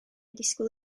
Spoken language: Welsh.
disgwyl